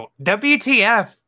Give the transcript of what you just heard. WTF